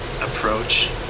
approach